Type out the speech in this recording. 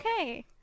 okay